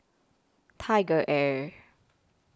TigerAir